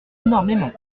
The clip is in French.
énormément